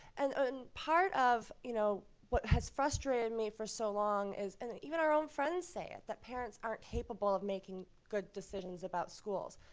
and and part of, you know, what has frustrated me for so long is even our own friends say it that parents aren't capable of making good decisions about schools.